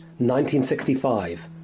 1965